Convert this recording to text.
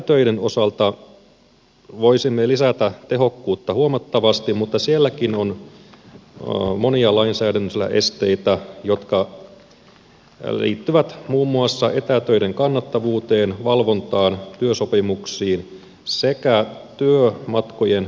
etätöiden osalta voisimme lisätä tehokkuutta huomattavasti mutta sielläkin on monia lainsäädännöllisiä esteitä jotka liittyvät muun muassa etätöiden kannattavuuteen valvontaan työsopimuksiin sekä työmatkojen subventointeihin